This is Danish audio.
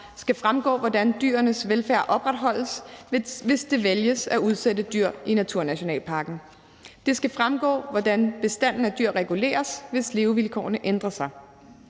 skal fremgå, hvordan dyrenes velfærd opretholdes, hvis det vælges at udsætte dyr i naturnationalparken. Det skal fremgå, hvordan bestanden af dyr reguleres, hvis levevilkårene ændrer sig,